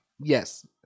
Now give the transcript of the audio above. Yes